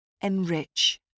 Enrich